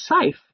safe